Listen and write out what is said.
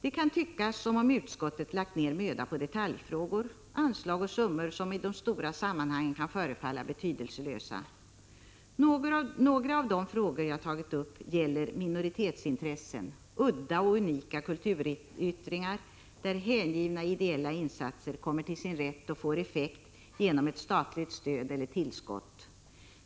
Det kan tyckas som om utskottet lagt ned möda på detaljfrågor, anslag och summor som i de stora sammanhangen kan förefalla betydelselösa. Några av de frågor jag tagit upp gäller minoritetsintressen, udda och unika kulturyttringar, där hängivna ideella insatser kommer till sin rätt och får effekt genom ett statligt stöd eller tillskott.